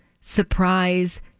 surprise